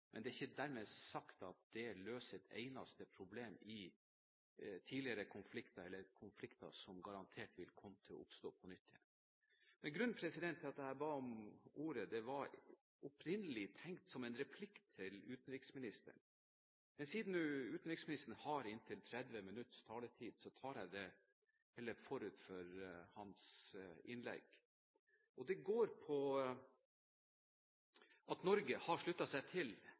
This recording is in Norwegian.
men det er ikke dermed sagt at det løser et eneste problem i tidligere konflikter eller konflikter som garantert vil komme til å oppstå på nytt igjen. Da jeg ba om ordet, var det opprinnelig tenkt som en replikk til utenriksministeren, men siden utenriksministeren har inntil 30 minutter taletid, tar jeg det heller forut for hans innlegg. Norge har sluttet seg til et EU-direktiv om forenkling av krav og